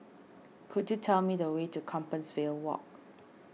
could you tell me the way to Compassvale Walk